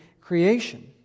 creation